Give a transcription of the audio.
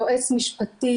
יועץ משפטי,